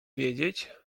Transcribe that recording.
wiedzieć